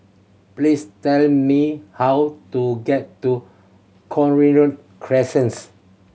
please tell me how to get to Cochrane Crescent